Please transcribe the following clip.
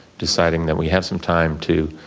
deciding that we have some time to.